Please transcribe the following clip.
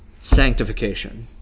sanctification